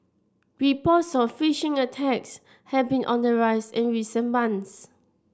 reports on phishing attacks have been on the rise in recent months